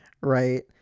right